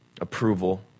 approval